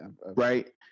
Right